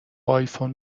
آیفون